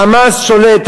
ה"חמאס" שולט,